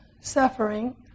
suffering